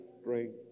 strength